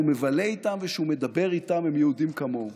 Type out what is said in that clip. שהוא מבלה איתם ושהוא מדבר איתם הם יהודים כמוהו.